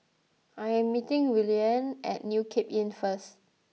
I am meeting Willene at New Cape Inn first